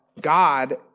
God